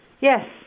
Yes